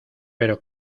pero